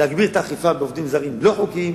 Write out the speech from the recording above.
להגביר את האכיפה כשמדובר בעובדים זרים לא חוקיים,